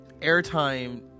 airtime